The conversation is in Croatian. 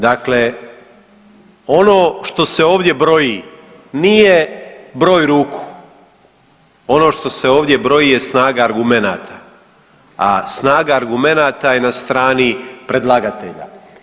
Dakle, ono što se ovdje broji nije broj ruku, ono što se ovdje broji je snaga argumenata, a snaga argumenata je na strani predlagatelja.